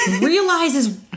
realizes